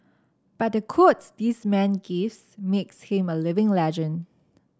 but the quotes this man gives makes him a living legend